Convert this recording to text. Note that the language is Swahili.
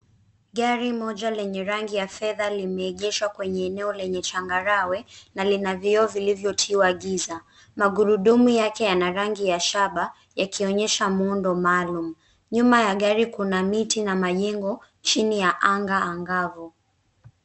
Gari moja lenye rangi ya fedha limeegeshwa kwenye eneo lenye changarawe na linavioo vilivyotiwa giza magurudumu yake yanarangi ya shaba yakionyesh a muundo maalum nyuma ya gari kuna miti na majengo chini ya anga angavu.